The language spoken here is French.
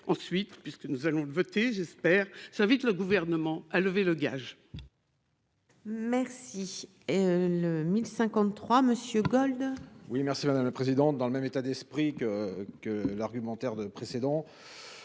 ensuite, puisque nous allons voter, j'espère, j'invite le gouvernement à lever le gage. Merci et le 1000 53 monsieur Gold. Oui merci madame la présidente, dans le même état d'esprit que que l'argumentaire de précédents,